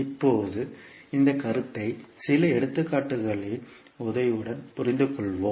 இப்போது இந்த கருத்தை சில எடுத்துக்காட்டுகளின் உதவியுடன் புரிந்துகொள்வோம்